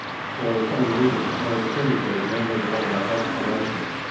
for some of the reasons that noah just indicated, mainly the one about escalation.